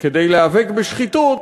כדי להיאבק בשחיתות,